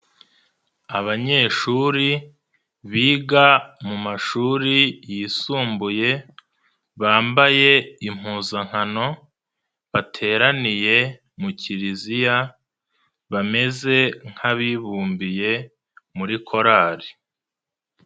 Abanyeshuri biga mu mashuri yisumbuye, bambaye impuzankano, bateraniye mu kiliziya, bameze nk'abibumbiye muri korali.